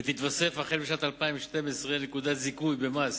ותתווסף החל משנת 2012 נקודת זיכוי במס